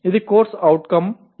అది CO statement